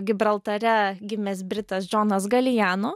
gibraltare gimęs britas džonas galijano